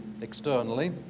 externally